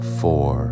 four